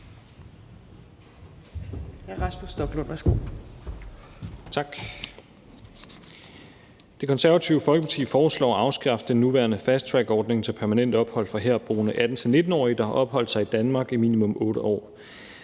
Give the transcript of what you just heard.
Det Konservative Folkeparti foreslår at afskaffe den nuværende fasttrackordning til permanent ophold for herboende 18-19-årige, der har opholdt sig i Danmark i minimum 8 år.